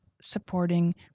supporting